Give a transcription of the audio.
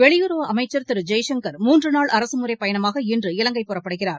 வெளியுறவு அமைச்சர் திரு ஜெய்சங்கர் மூன்று நாள் அரசுமுறைப் பயணமாக இன்று இலங்கை செல்கிறார்